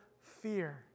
fear